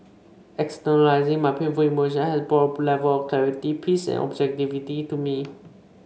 externalising my painful emotion had brought A Level of clarity peace and objectivity to me